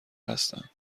هستند